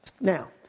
Now